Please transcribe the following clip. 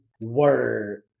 word